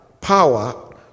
power